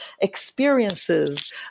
experiences